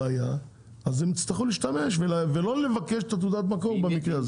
הם יצטרכו להשתמש ולא לבקש את תעודת המקור במקרה הזה.